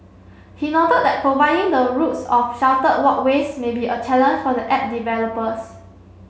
he noted that providing the routes of sheltered walkways may be a challenge for the app developers